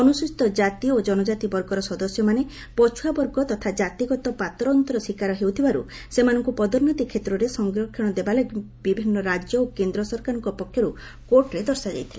ଅନୁସ୍ରଚୀତ ଜାତି ଓ ଜନକାତି ବର୍ଗର ସଦସ୍ୟମାନେ ପଛୁଆବର୍ଗ ତଥା ଜାତିଗତ ପାତରଅନ୍ତର ଶିକାର ହେଉଥିବାରୁ ସେମାନଙ୍କୁ ପଦୋନ୍ନତି କ୍ଷେତ୍ରରେ ସଂରକ୍ଷଣ ଦେବା ଲାଗି ବିଭିନ୍ନ ରାଜ୍ୟ ଓ କେନ୍ଦ୍ର ସରକାରଙ୍କ ପକ୍ଷରୁ କୋର୍ଟରେ ଦର୍ଶାଯାଇଥିଲା